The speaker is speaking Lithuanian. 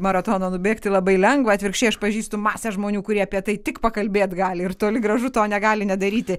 maratono nubėgti labai lengva atvirkščiai aš pažįstu masę žmonių kurie apie tai tik pakalbėt gali ir toli gražu to negali net daryti